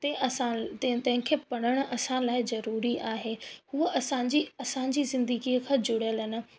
ते असां त तंहिंखें पढ़णु असां लाइ ज़रूरी आहे हूंअं असांजी असांजी ज़िंदगी खां जुड़ियल आहिनि